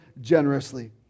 generously